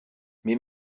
mes